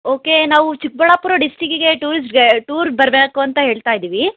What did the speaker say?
okay ನಾವು ಚಿಕ್ಕಬಳ್ಳಾಪುರ ಡಿಸ್ಟಿಕ್ಕಿಗೆ ಟೂರಿಸ್ಟ್ಗೆ ಟೂರ್ಗೆ ಬರಬೇಕು ಅಂತ ಹೇಳ್ತಾಯಿದ್ದೀವಿ